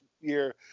year